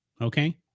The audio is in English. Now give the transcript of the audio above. Okay